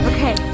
Okay